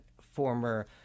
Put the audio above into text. former